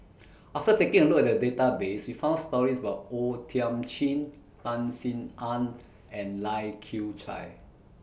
after taking A Look At The Database We found stories about O Thiam Chin Tan Sin Aun and Lai Kew Chai